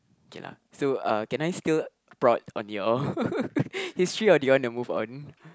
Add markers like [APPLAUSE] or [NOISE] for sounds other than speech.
okay lah so uh can I still prod on your [LAUGHS] history or do you want to move on